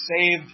saved